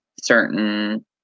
certain